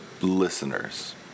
listeners